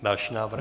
Další návrh?